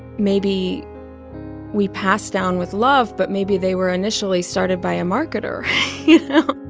maybe we passed down with love, but maybe they were initially started by a marketer you know?